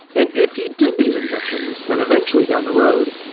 and if he did these injections, then eventually down the road,